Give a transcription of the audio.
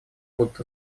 будут